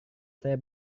saya